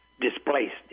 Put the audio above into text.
displaced